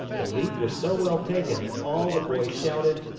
the leap was so well taken that all the boys shouted,